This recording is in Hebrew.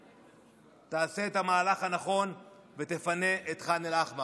תעשה את המהלך הנכון ותפנה את ח'אן אל-אחמר.